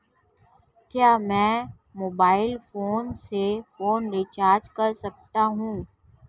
क्या मैं mobile phone से फोन रिचार्ज कर सकता हूं?